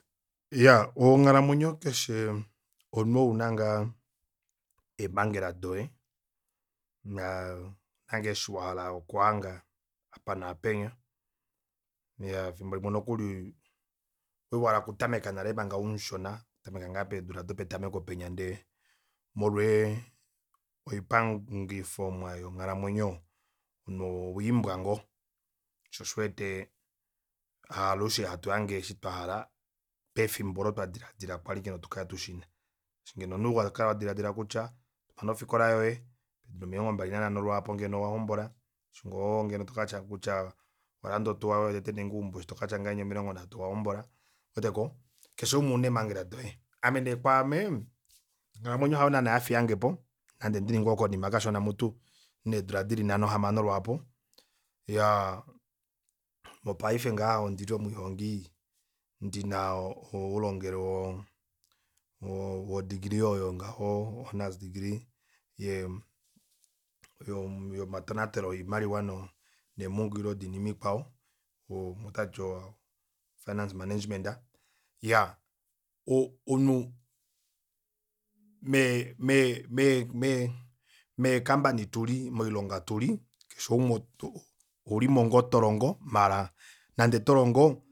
Iyaa onghalamwenyo keshe omunhu ouna ngoo emangela doye naa ouna ngoo eshi wahala okuhanga apa naapenya iya efimbo limwe nokuli owahala okutameka nale manga umushona okutamaka ngoo pedula dopetameko ndee molwee oipangifomwa yonghalamwenyo omunhu ohoimbwa ngoo shoo osho uwete haalushe hatu hange osho twahala pefimbo olo twa dilaadila kwali ngeno tukale tushina shashi ngeno omunhu owakaa todilaadila kutya tomane ofikola yoye pomido omilongo mbali nanhano ngeno owahombola eshi ngoo ngeno tokatya kutya owalanda otuwa yoye tete nenge eumbo eshi tokatya ngahenya omilongo nhatu owahombola ouweteko keshe umwe ouna eemangela doye. ame neekwaame onghalamwenyo hayo naana yafiyangepo nande ndili ngoo konima kashona mutu needula dili nhano hamano lwaapo iyaa mopaife ngaha ondili omwiihongi ndina oulongelwe woo wo degree oyo ngaho honors degree yee matonatelo oimaliwa neemungulilo doinima ikwao umwe otati finance management iya omunhu me- me mee company tuli moilonga tuli keshe umwe oulimo ngoo tolongo maala nande tolongo